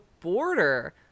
border